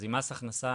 אז ממס הכנסה,